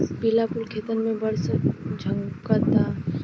पिला फूल खेतन में बड़ झम्कता